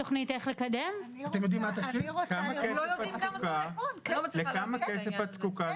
אני מתרשם מהדוברת האחרונה בסיפא של הדברים שכאילו